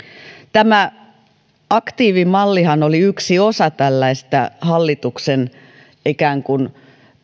tämä aktiivimallihan oli yksi osa tällaista hallituksen ikään kuin